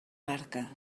barca